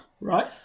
right